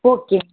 ma'am